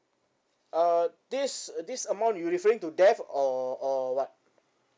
uh this this amount you referring to death or or [what]